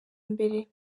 mbere